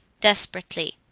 desperately